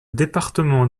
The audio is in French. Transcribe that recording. département